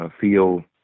feel